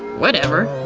whatever.